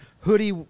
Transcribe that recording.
Hoodie